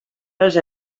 dels